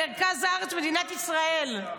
מרכז הארץ במדינת ישראל,